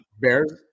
Bears